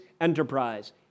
enterprise